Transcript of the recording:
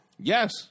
Yes